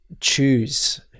choose